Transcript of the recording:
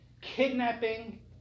Kidnapping